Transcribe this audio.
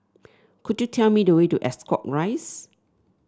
could you tell me the way to Ascot Rise